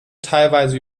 teilweise